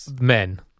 men